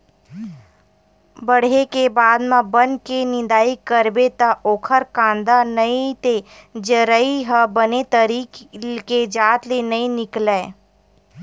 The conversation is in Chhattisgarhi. बाड़हे के बाद म बन के निंदई करबे त ओखर कांदा नइ ते जरई ह बने तरी के जात ले नइ निकलय